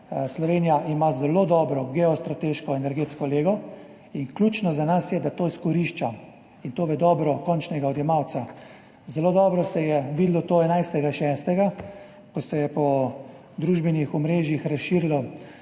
Slovenija ima zelo dobro geostrateško energetsko lego in ključno za nas je, da to izkorišča, in to v dobro končnega odjemalca. Zelo dobro se je videlo to 11. 6., ko se je po družbenih omrežjih razširilo,